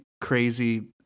crazy